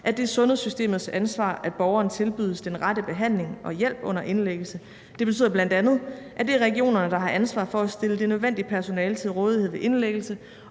at det er sundhedssystemets ansvar, at borgeren tilbydes den rette behandling og hjælp under indlæggelse. Det betyder bl.a., at det er regionerne, der har ansvaret for at stille det nødvendige personale til rådighed ved indlæggelse